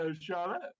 Charlotte